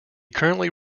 currently